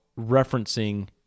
referencing